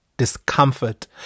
discomfort